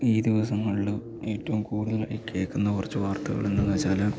ഈ ദിവസങ്ങളിൽ ഏറ്റവും കൂടുതൽ കേൾക്കുന്ന കുറച്ച് വാർത്തകളെന്തെന്ന് വെച്ചാൽ